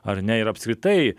ar ne ir apskritai